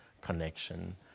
connection